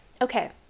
Okay